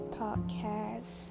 podcast